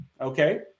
okay